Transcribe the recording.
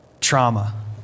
Trauma